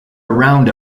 around